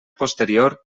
posterior